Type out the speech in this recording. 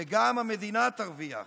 וגם המדינה תרוויח.